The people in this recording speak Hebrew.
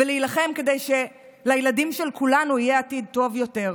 ולהילחם כדי שלילדים של כולנו יהיה עתיד טוב יותר.